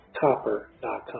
copper.com